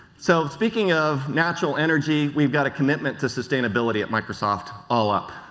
so speaking of natural energy, we have got a commitment to sustainability at microsoft all up.